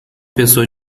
pessoa